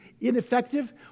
ineffective